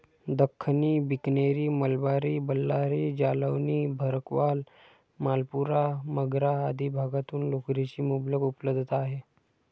दख्खनी, बिकनेरी, मलबारी, बल्लारी, जालौनी, भरकवाल, मालपुरा, मगरा आदी भागातून लोकरीची मुबलक उपलब्धता आहे